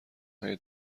های